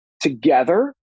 together